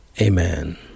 Amen